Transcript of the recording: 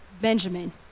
Benjamin